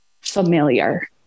familiar